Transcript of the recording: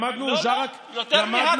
למדנו, יותר מ"האת אל-הווייה"?